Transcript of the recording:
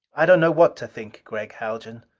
i don't know what to think, gregg haljan.